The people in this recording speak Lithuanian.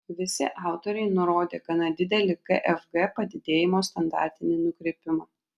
visi autoriai nurodė gana didelį gfg padidėjimo standartinį nukrypimą